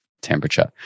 Temperature